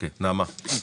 נעמה בבקשה.